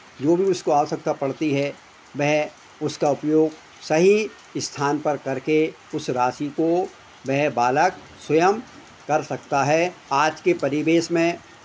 जो भी उसको आवश्यकता पड़ती है वह उसका उपयोग सही स्थान पर करके उस राशि को वह बालक स्वयं कर सकता है आज के परिवेश में